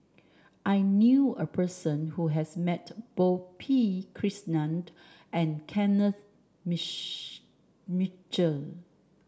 I knew a person who has met both P Krishnan and Kenneth Mitchell